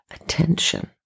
attention